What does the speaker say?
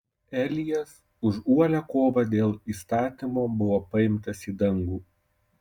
elijas už uolią kovą dėl įstatymo buvo paimtas į dangų